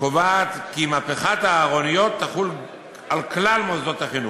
קובעת כי מהפכת הארוניות תחול על כלל מוסדות החינוך.